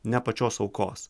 ne pačios aukos